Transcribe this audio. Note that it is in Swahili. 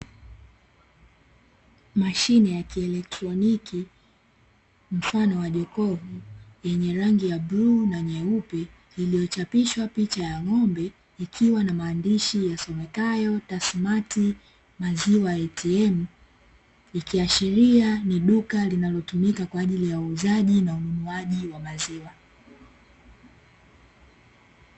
Mashine ya kielektroniki mfano wa jokofu yenye rangi ya bluu na nyeupe iliyochapishwa picha ya ng’ombe ikiwa na maandishi yasomekayo "Tasmati maziwa ATM". Ikiashiria ni duka linalotumika kwa ajili ya uuzaji, na ununuaji wa maziwa.